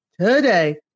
today